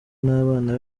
n’abana